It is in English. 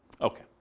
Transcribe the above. Okay